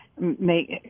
make